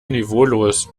niveaulos